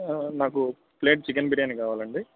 నాకు plate chicken biryani కావాలండి